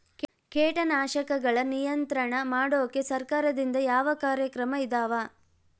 ಕೇಟನಾಶಕಗಳ ನಿಯಂತ್ರಣ ಮಾಡೋಕೆ ಸರಕಾರದಿಂದ ಯಾವ ಕಾರ್ಯಕ್ರಮ ಇದಾವ?